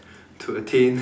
to attain